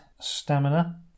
stamina